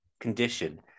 condition